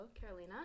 Carolina